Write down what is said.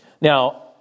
Now